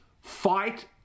fight